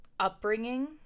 upbringing